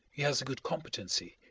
he has a good competency.